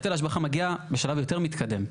היטל ההשבחה מגיע בשלב יותר מתקדם.